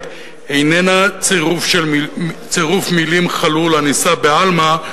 איננה צירוף מלים חלול הנישא בעלמא,